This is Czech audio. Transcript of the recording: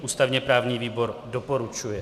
Ústavněprávní výbor doporučuje.